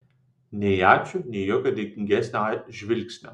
nei ačiū nei jokio dėkingesnio žvilgsnio